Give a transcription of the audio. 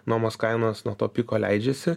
nuomos kainos nuo to piko leidžiasi